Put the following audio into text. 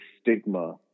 stigma